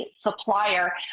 supplier